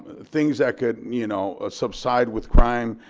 things that could you know ah subside with crime,